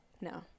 no